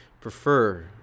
prefer